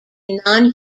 non